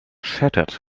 chattered